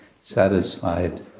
satisfied